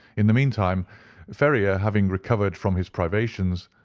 in the meantime ferrier having recovered from his privations,